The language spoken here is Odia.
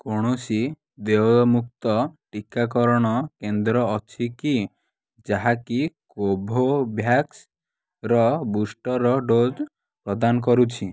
କୌଣସି ଦେୟମୁକ୍ତ ଟୀକାକରଣ କେନ୍ଦ୍ର ଅଛି କି ଯାହାକି କୋଭୋଭ୍ୟାକ୍ସର ବୁଷ୍ଟର୍ ଡୋଜ୍ ପ୍ରଦାନ କରୁଛି